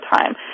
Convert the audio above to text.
time